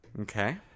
Okay